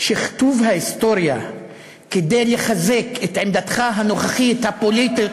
שכתוב ההיסטוריה כדי לחזק את עמדתך הנוכחית הפוליטית,